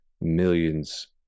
millions